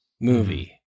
movie